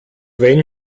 wenn